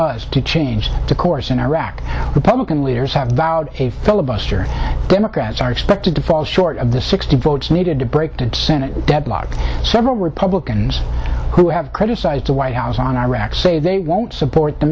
want to change the course in iraq republican leaders have vowed a filibuster democrats are expected to fall short of the sixty votes needed to break senate deadlock several republicans who have criticized the white house on iraq say they won't support the